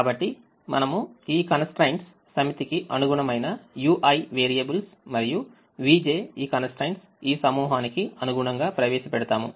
కాబట్టి మనము ఈ constraints సమితికి అనుగుణమైన ui వేరియబుల్స్ మరియు vj ఈ constraints ఈ సమూహానికి అనుగుణంగా ప్రవేశపెడతాము